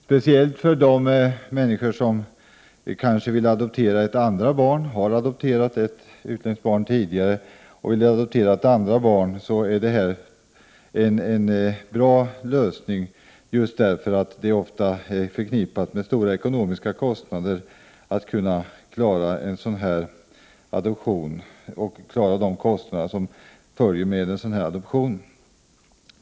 Speciellt för människor som har adopterat ett utländskt barn tidigare och vill adoptera ett andra barn innebär bidraget en bra lösning. Det innebär ju ett stort ekonomiskt åtagande att klara kostnaderna som följer med en adoption.